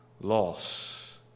loss